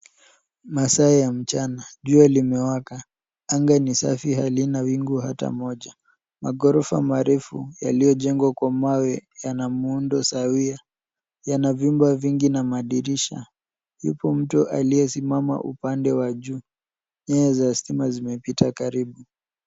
Masaa ya mchana. Jua limewaka. Anga ni safi halina wingu hata moja. Maghorofa marefu yaliyojengwa kwa mawe yana muundo sawia. Yana vyumba vingi na madirisha. Yupo mtu aliyesimama upande wa juu. Nyaya za stima zimepita karibu.